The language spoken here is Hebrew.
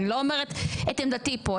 אני לא אומרת את עמדתי פה,